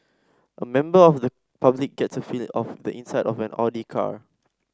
a member of the public gets a feel of the inside of an Audi car